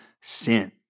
sin